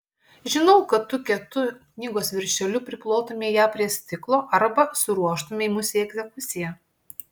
žinau kad tu kietu knygos viršeliu priplotumei ją prie stiklo arba suruoštumei musei egzekuciją